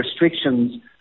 restrictions